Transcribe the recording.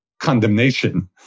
condemnation